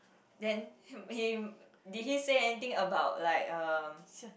then did he say anything about like um